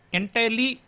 entirely